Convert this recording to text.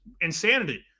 insanity